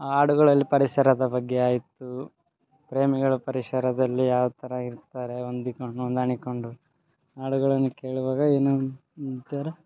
ಆ ಹಾಡುಗಳಲ್ ಪರಿಸರದ ಬಗ್ಗೆ ಆಯಿತು ಪ್ರೇಮಿಗಳ ಪರಿಸರದಲ್ಲಿ ಯಾವ್ತರ ಇರ್ತಾರೆ ಹೊಂದಿಕೊಂಡ್ ಹೊಂದಾಣಿಕೊಂಡು ಹಾಡುಗಳನ್ನು ಕೇಳುವಾಗ ಏನೋ ಒಂಥರ